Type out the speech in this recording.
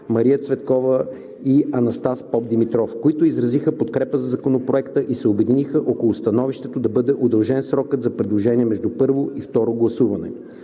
Мария Цветкова и Анастас Попдимитров, които изразиха подкрепа за Законопроекта и се обединиха около становището да бъде удължен срокът за предложения между първо и второ гласуване.